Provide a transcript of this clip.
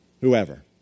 whoever